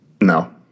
No